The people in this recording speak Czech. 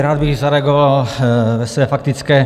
Rád bych zareagoval ve své faktické.